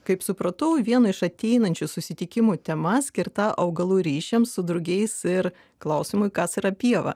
kaip supratau vieną iš ateinančių susitikimų tema skirta augalų ryšiams su drugiais ir klausimui kas yra pieva